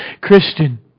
Christian